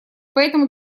поэтому